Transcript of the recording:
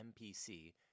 MPC